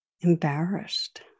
Embarrassed